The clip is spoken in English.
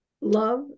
love